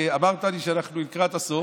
כי אמרת לי שאנחנו לקראת הסוף,